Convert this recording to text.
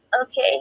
Okay